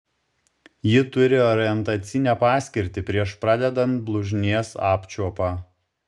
ji turi orientacinę paskirtį prieš pradedant blužnies apčiuopą